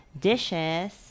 dishes